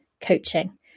coaching